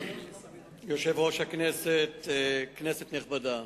יושב-ראש הכנסת, כנסת נכבדה,